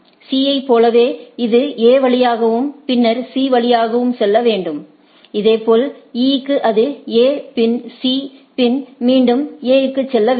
C ஐப் போலவே இது A வழியாகவும் பின்னர் C வழியாகவும் செல்ல வேண்டும் இதேபோல் E க்கு அது A பின் C பின் மீண்டும் A க்கு செல்ல வேண்டும்